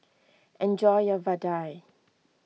enjoy your Vadai